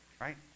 right